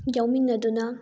ꯌꯥꯎꯃꯤꯟꯅꯗꯨꯅ